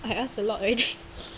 I asked a lot already